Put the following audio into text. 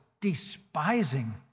despising